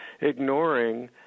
ignoring